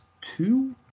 two